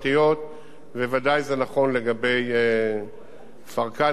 וזה בוודאי נכון לגבי כפר-כנא וכל יישוב אחר.